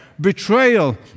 betrayal